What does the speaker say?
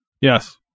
Yes